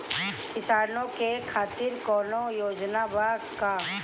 किसानों के खातिर कौनो योजना बा का?